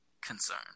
concern